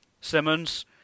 Simmons